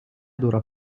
dura